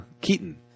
Keaton